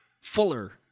fuller